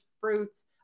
fruits